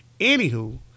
Anywho